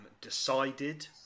decided